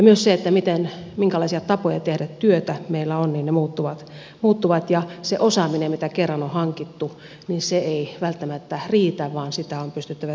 myös se minkälaisia tapoja tehdä työtä meillä on muuttuu ja se osaaminen mikä kerran on hankittu ei välttämättä riitä vaan sitä on pystyttävä työuran aikana päivittämään ja uudistamaan